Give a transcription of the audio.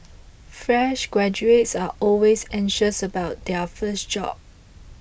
fresh graduates are always anxious about their first job